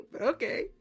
Okay